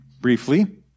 briefly